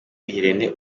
irene